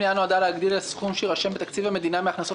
הפנייה נועדה להגדיל סכום שיירשם בתקציב המדינה מהכנסות